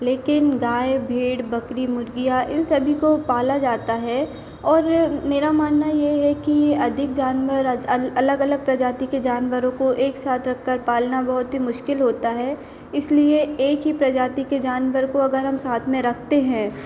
लेकिन गाय भेड़ बकरी मुर्गी या इन सभी को पाला जाता है और मेरा मानना ये है कि अधिक जानवर अलग अलग प्रजाति के जानवरों को एक साथ रख कर पालना बहुत ही मुश्किल होता है इसलिए एक ही प्रजाति के जानवर को अगर हम साथ में रखते हैं